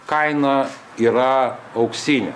kaina yra auksinė